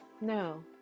no